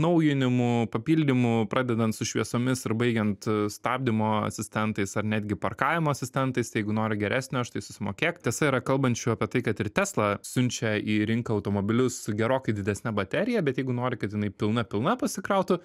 naujinimų papildymų pradedant su šviesomis ir baigiant stabdymo asistentais ar netgi parkavimo asistentais jeigu nori geresnio štai susimokėk tiesa yra kalbančių apie tai kad ir tesla siunčia į rinką automobilius gerokai didesne baterija bet jeigu nori kad jinai pilna pilna pasikrautų